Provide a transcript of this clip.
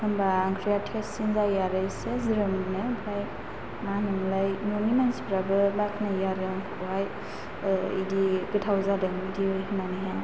होनबा ओंख्रिया टेस्टसिन जायो आरो एसे ज्रोम मोनो ओमफ्राय मा होनो मोनलाय न'नि मानसिफ्राबो बाखनायो आरो आंखौहाय इदि इदि गोथाव जादों इदि होननानैहाय